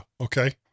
Okay